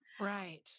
right